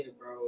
bro